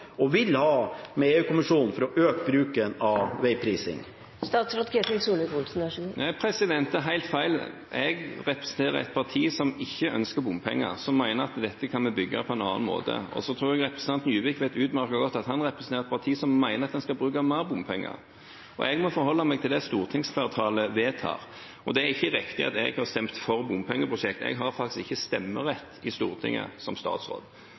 og vil ha med EU-kommisjonen for å øke bruken av veiprising. Det er helt feil. Jeg representerer et parti som ikke ønsker bompenger, som mener at dette kan vi bygge på en annen måte. Og så tror jeg at representanten Juvik vet utmerket godt at han representerer et parti som mener at man skal bruke mer bompenger. Jeg må forholde meg til det som stortingsflertallet vedtar. Det er ikke riktig at jeg har stemt for bompengeprosjekt, jeg har som statsråd faktisk ikke stemmerett i Stortinget.